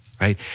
right